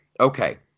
Okay